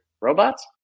robots